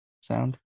sound